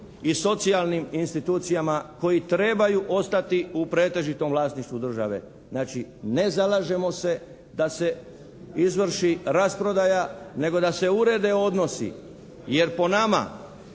i socijalnim institucijama koje trebaju ostati u pretežitom vlasništvu države. Znači, ne zalažemo se da se izvrši rasprodaja nego da se urede odnosi jer po nama